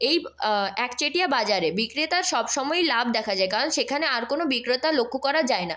এই একচেটিয়া বাজারে বিক্রেতার সব সময়ই লাভ দেখা যায় কারণ সেখানে আর কোনো বিক্রেতা লক্ষ্য করা যায় না